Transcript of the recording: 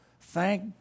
Thank